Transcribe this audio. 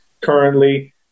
currently